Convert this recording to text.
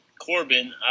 Corbin